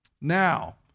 Now